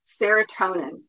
serotonin